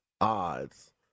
odds